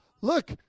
look